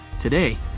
Today